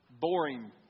boring